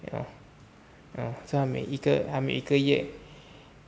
you know mm 所以他每一个每一个月